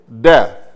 death